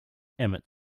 emmett